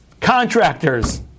contractors